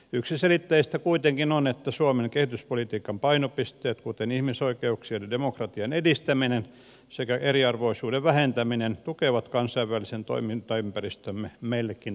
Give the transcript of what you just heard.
yksiselitteistä kuitenkin on että suomen kehityspolitiikan painopisteet kuten ihmisoikeuksien ja demokratian edistäminen sekä eriarvoisuuden vähentäminen tukevat kansainvälisen toimintaympäristömme meillekin tärkeää vakautta